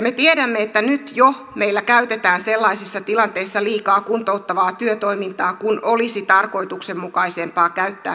me tiedämme että nyt jo meillä käytetään sellaisissa tilanteissa liikaa kuntouttavaa työtoimintaa kun olisi tarkoituksenmukaisempaa käyttää palkkatyörahaa